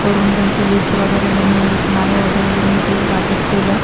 करून त्यांची लिस्ट वगैरे बनवून नावं वगैरे लिहून ते वाटप केलं